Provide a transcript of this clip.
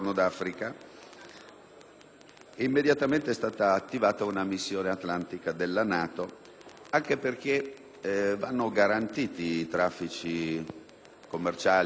Immediatamente è stata attivata una missione atlantica della NATO, anche perché vanno garantiti i traffici commerciali mercantili